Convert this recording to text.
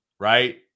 right